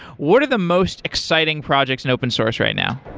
what are the most exciting projects in open source right now?